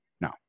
no